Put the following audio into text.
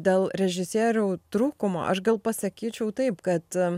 dėl režisierių trūkumo aš gal pasakyčiau taip kad